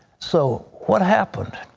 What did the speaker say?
so what happened?